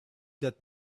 that